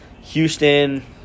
Houston